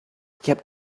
kept